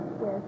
Yes